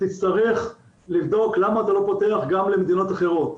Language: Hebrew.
תצטרך לבדוק למה אתה לא פותח גם למדינות אחרות.